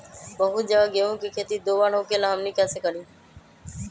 बहुत जगह गेंहू के खेती दो बार होखेला हमनी कैसे करी?